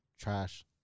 trash